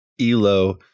Elo